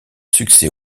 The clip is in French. succès